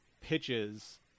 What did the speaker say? pitches